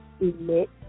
emit